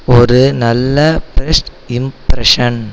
ஒரு நல்ல best impression